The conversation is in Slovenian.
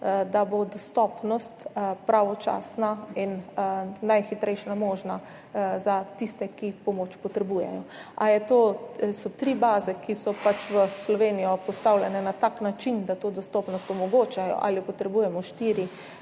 da bo dostopnost pravočasna in najhitrejša možna za tiste, ki pomoč potrebujejo. Ali so tri baze, ki so v Sloveniji postavljene na tak način, da to dostopnost omogočajo, ali potrebujemo štiri,